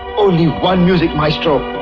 only one music maestro.